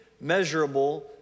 measurable